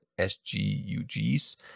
sgug's